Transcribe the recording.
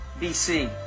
BC